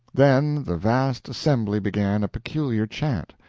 then the vast assembly began a peculiar chant,